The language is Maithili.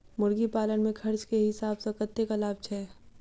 मुर्गी पालन मे खर्च केँ हिसाब सऽ कतेक लाभ छैय?